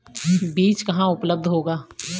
बीज कहाँ उपलब्ध होगा?